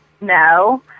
No